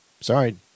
Sorry